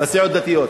הסיעות הדתיות.